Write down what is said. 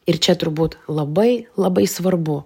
ir čia turbūt labai labai svarbu